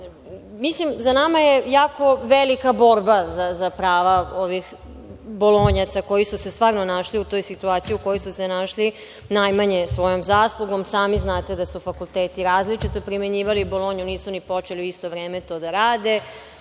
za nama je jako velika borba za prava ovih bolonjaca koji su se stvarno našli u toj situaciji u kojoj su se našli najmanje svojom zaslugom. Sami znate da su fakulteti različito primenjivali Bolonju, nisu ni počeli u isto vreme to da rade,